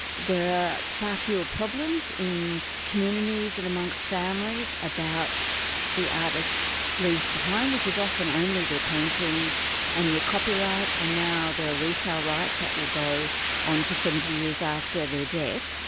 there are far fewer problems in communities and amongst families about the artist leaves behind which is often only their paintings and their copyright and now there are resale rights that will go on for seventy years after their death.